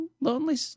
lonely